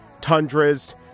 tundras